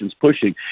pushing